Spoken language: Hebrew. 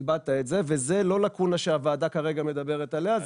זו לא הלאקונה שהוועדה כרגע מדברת עליה,